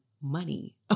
money